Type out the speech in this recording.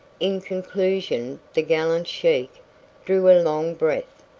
in conclusion the gallant sheik drew a long breath,